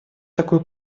такую